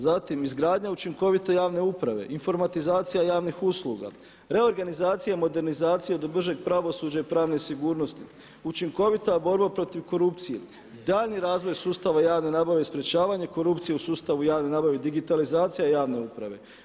Zatim izgradnja učinkovite javne uprave, informatizacija javnih usluga, reorganizacija i modernizacija bržeg pravosuđa i pravne sigurnosti, učinkovita borba protiv korupcije, daljnji razvoj sustava javne nabave i sprečavanje korupcije u sustavu javne nabave, digitalizacija javne uprave.